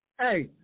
hey